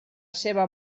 seva